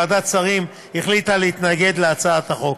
ועדת השרים החליטה להתנגד להצעת החוק.